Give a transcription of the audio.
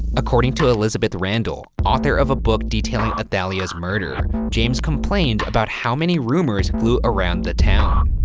according to elizabeth randall, author of a book detailing athalia's murder, james complained about how many rumors flew around the town.